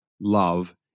love